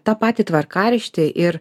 tą patį tvarkaraštį ir